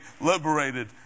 liberated